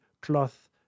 cloth